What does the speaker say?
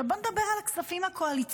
עכשיו בואו נדבר על הכספים הקואליציוניים.